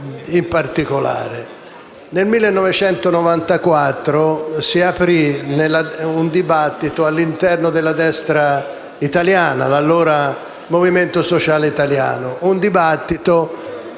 Nel 1994 si aprì un dibattito all'interno della destra italiana, dell'allora Movimento Sociale Italiano,